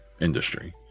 industry